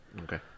Okay